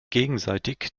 gegenseitig